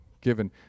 given